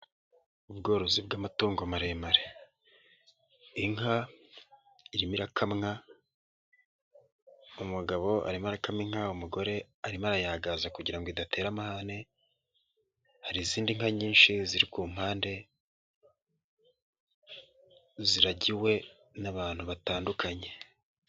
Ubworozi bw'amatungo maremare, inka irimo irakamwa umugabo arimo arakama inka umugore arimo arayagaza kugira ngo idatera amahane, hari izindi nka nyinshi ziri ku mpande, ziragiwe n'abantu batandukanye.